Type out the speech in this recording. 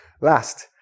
Last